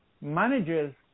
managers